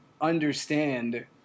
understand